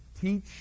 teach